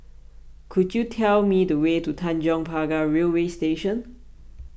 could you tell me the way to Tanjong Pagar Railway Station